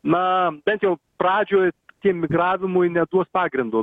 na bent jau pradžioj tiem migravimui neduos pagrindo